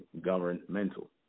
governmental